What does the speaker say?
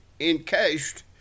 encased